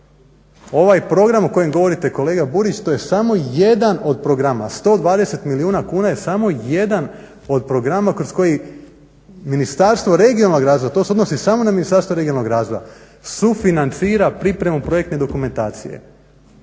Ovaj program o kojem govorite kolega Burić to je samo jedan od programa. 120 milijuna kuna je samo jedan od programa kroz koji Ministarstvo regionalnog razvoja, to se odnosi samo na Ministarstvo regionalnog razvoja sufinancira pripremu projektne dokumentacije